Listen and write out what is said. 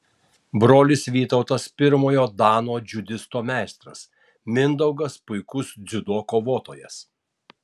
brolis vytautas pirmojo dano džiudžitso meistras mindaugas puikus dziudo kovotojas